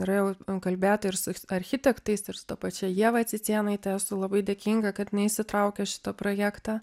yra jau kalbėta ir su architektais ir su ta pačia ieva cicėnaite esu labai dėkinga kad jinai įsitraukė į šitą projektą